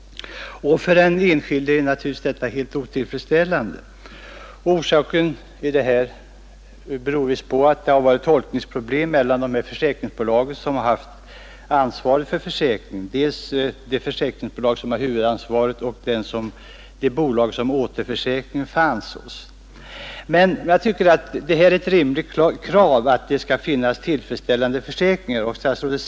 För den enskilde är det naturligtvis helt otillfredsställande med detta dröjsmål. Orsaken tycks vara tolkningsproblem mellan försäkringsbolagen, dels det försäkringsbolag som har huvudansvaret, dels det bolag som hade återförsäkringen. Det är ett rimligt krav att det skall finnas tillfredsställande försäkringar i sådana här fall.